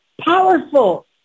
powerful